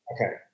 Okay